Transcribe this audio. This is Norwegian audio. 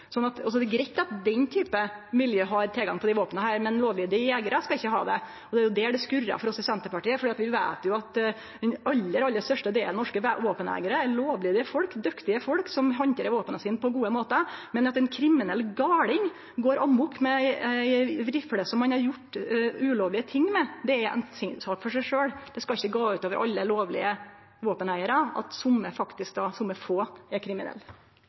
Så det er greitt at den typen miljø har tilgang til desse våpena, men lovlydige jegerar skal ikkje ha det. Det er jo der det skurrar for oss i Senterpartiet, for vi veit at den aller, aller største delen av norske våpeneigarar er lovlydige, dyktige folk som handterer våpena sine på gode måtar. Men at ein kriminell galning går amok med ei rifle som han har gjort ulovlege ting med, er ei sak for seg sjølv. Det skal ikkje gå ut over alle lovlege våpeneigarar at somme få er kriminelle. Jeg er veldig, veldig glad for at et stort flertall i denne sal ikke er